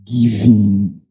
Giving